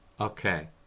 Okay